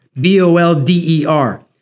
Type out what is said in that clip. B-O-L-D-E-R